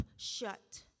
shut